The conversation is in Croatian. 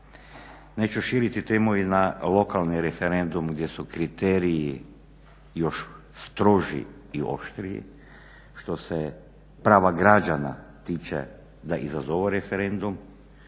Neću širiti temu i na lokalni referendum gdje su kriteriji još stroži i oštriji, što se prava građana tiče da izazovu referendum